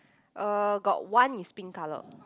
uh got one is pink colour